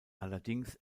allerdings